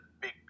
big